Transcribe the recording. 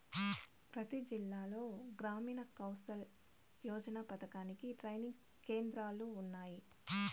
ప్రతి జిల్లాలో గ్రామీణ్ కౌసల్ యోజన పథకానికి ట్రైనింగ్ కేంద్రాలు ఉన్నాయి